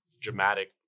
dramatic